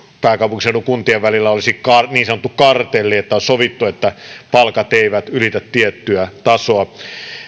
pääkaupunkiseudun kuntien välillä olisi niin sanottu kartelli että on sovittu että palkat eivät ylitä tiettyä tasoa